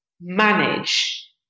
manage